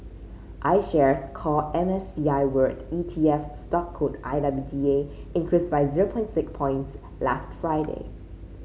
IShares Core M S C I World E T F stock code I W D A increased by zero point six points last Friday